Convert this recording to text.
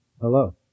Hello